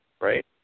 right